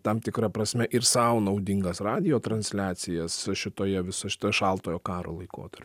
tam tikra prasme ir sau naudingas radijo transliacijas šitoje visa šita šaltojo karo laikotar